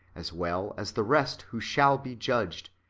as well as the rest who shall be judged,